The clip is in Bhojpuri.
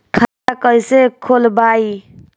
खाता कईसे खोलबाइ?